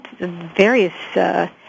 various